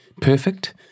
perfect